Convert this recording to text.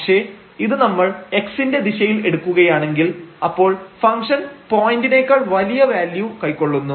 പക്ഷേ ഇത് നമ്മൾ x ന്റെ ദിശയിൽ എടുക്കുകയാണെങ്കിൽ അപ്പോൾ ഫംഗ്ഷൻ പോയിന്റിനേക്കാൾ വലിയ വാല്യൂ കൈക്കൊള്ളുന്നു